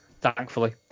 thankfully